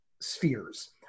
spheres